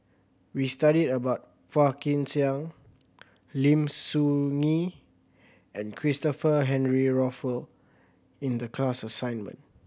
we studied about Phua Kin Siang Lim Soo Ngee and Christopher Henry Rothwell in the class assignment